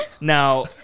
now